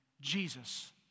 Jesus